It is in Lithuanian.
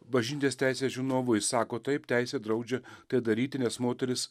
bažnytinės teisės žinovu jis sako taip teisė draudžia tai daryti nes moteris